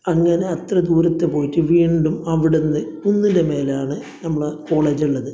അങ്ങനെ അത്ര ദൂരത്ത് പോയിട്ട് വീണ്ടും അവിടെ നിന്ന് കുന്നിൻ്റെ മുകളിലാണ് നമ്മളെ കോളേജ് ഉള്ളത്